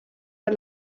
der